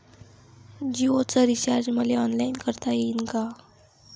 जीओच रिचार्ज मले ऑनलाईन करता येईन का?